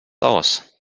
aus